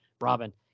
Robin